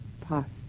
past